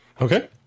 Okay